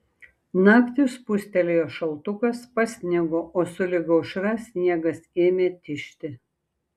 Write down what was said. naktį spustelėjo šaltukas pasnigo o sulig aušra sniegas ėmė tižti